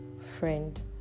friend